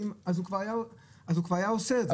אז הוא כבר היה עושה את זה.